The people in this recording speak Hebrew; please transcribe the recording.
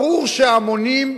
ברור שההמונים,